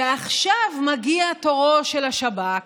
ועכשיו מגיע תורו של השב"כ.